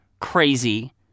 crazy